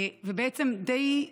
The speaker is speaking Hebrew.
ובעצם, די,